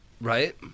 Right